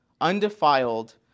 undefiled